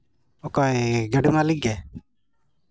ᱚᱠᱚᱭ ᱜᱟᱹᱰᱤ ᱢᱟᱹᱞᱤᱠ ᱜᱮ